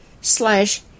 slash